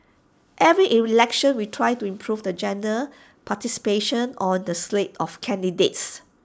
every election we try to improve the gender participation on the slate of candidates